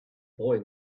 boy